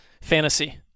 fantasy